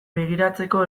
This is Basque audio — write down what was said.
begiratzeko